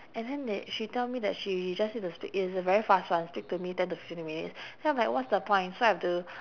and then they she tell me that she just need to speak it's a very fast one speak to me ten to fifteen minutes then I'm like what's the point so I have to